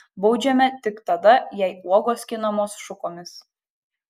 baudžiame tik tada jei uogos skinamos šukomis